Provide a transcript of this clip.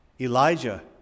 Elijah